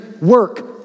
work